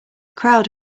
crowd